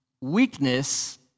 Weakness